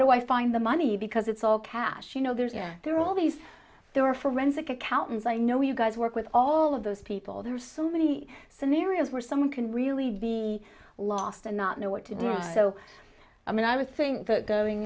do i find the money because it's all cash you know there's yeah there are all these there are forensic accountants i know you guys work with all of those people there are so many scenarios where someone can really be lost and not know what to do so i mean i would think that going